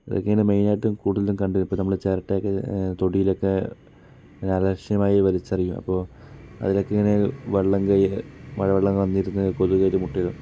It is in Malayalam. ഇതൊക്കെയാണ് മെയിൻ ആയിട്ടും കൂടുതലും കണ്ടുവരുന്നത് ഇപ്പോൾ ചിരട്ട ഒക്കെ തൊടിയിലൊക്കെ അലക്ഷ്യമായി വലിച്ചെറിയും അപ്പോൾ അതിനൊക്കെ ഇങ്ങനെ വെള്ളം കയ് മഴവെള്ളം വന്നിരുന്നു കൊതുക് അതിൽ മുട്ടയിടും